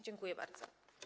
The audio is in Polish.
Dziękuję bardzo.